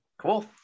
Cool